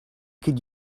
could